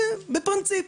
בפרינציפ.